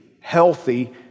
healthy